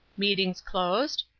meetings closed?